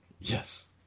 Yes